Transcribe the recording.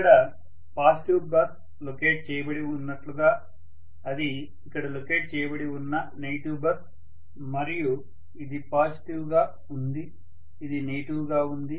ఇక్కడ positive bus locate చేయబడి ఉన్నట్లుగా అది ఇక్కడ లొకేట్ చేయబడి ఉన్న నెగటివ్ బస్ మరియు ఇది పాజిటివ్ గా ఉంది ఇది నెగటివ్ గా ఉంది